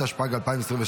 התשפ"ג 2022,